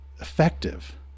effective